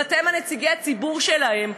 ואתם נציגי הציבור שלהם,